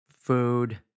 food